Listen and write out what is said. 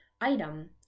item